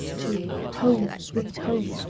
to home, sweet home,